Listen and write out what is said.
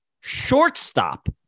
shortstop